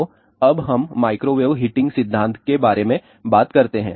तो अब हम माइक्रोवेव हीटिंग सिद्धांत के बारे में बात करते हैं